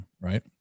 Right